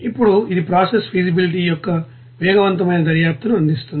ఇప్పుడు ఇది process feasibility యొక్క వేగవంతమైన దర్యాప్తును అందిస్తుంది